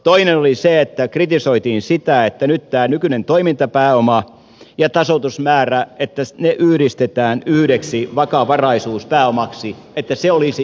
toinen oli se että kritisoitiin sitä että nyt tämä nykyinen toimintapääoma ja tasoitusmäärä yhdistetään yhdeksi vakavaraisuuspääomaksi että se olisi jotenkin väärä asia